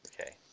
Okay